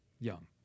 young